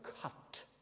cut